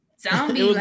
Zombie